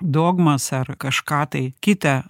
dogmas ar kažką tai kitą